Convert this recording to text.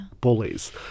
bullies